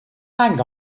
hang